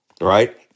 right